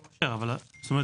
לדעתי.